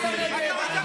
לשים את המגבלות.